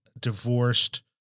divorced